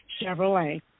Chevrolet